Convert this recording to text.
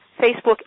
facebook